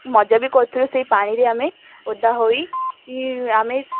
ମଜା ବି କରିଥିଲୁ ସେହି ପାଣିରେ ଆମେ ଓଦା ହେଇ ଆମେ